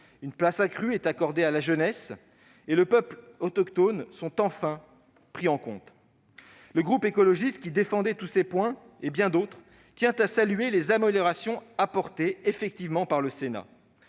une place accrue est accordée à la jeunesse et les peuples autochtones sont pris en compte. Le groupe écologiste, qui défendait tous ces points et bien d'autres, tient à saluer les améliorations apportées par le Sénat.